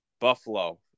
Buffalo